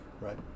Right